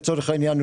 לצורך העניין,